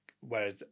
whereas